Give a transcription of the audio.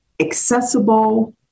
accessible